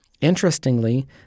Interestingly